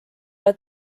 ole